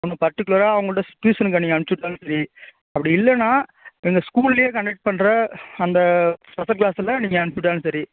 அவங்க பர்ட்டிகுலராக அவங்கள்ட்ட டியூஷனுக்கு நீங்கள் அனுப்ச்சுவிட்டாலும் சரி அப்படி இல்லைன்னா எங்கள் ஸ்கூல்லையே கண்டக்ட் பண்ணுற அந்த ஸ்பெஷல் கிளாஸில் நீங்கள் அனுப்பிச்சுவுட்டாலும் சரி